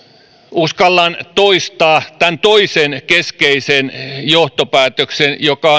uskallan toistaa tämän toisen keskeisen johtopäätöksen joka